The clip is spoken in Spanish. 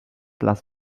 las